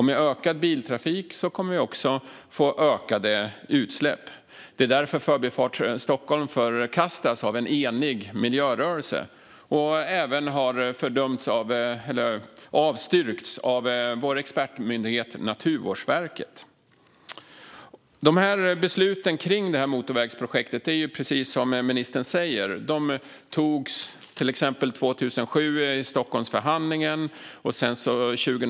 Med ökad biltrafik kommer vi också att få ökade utsläpp. Det är därför Förbifart Stockholm förkastas av en enig miljörörelse och även har avstyrkts av vår expertmyndighet Naturvårdsverket. Besluten om motorvägsprojektet togs, precis som ministern säger, till exempel 2007 i och med Stockholmsförhandlingen och sedan 2010.